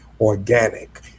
organic